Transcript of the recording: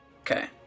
Okay